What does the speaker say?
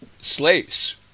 slaves